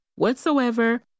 whatsoever